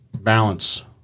balance